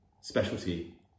specialty